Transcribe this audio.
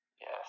Yes